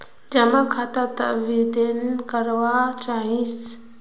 जमा खाता त निवेदन करवा चाहीस?